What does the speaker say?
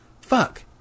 Fuck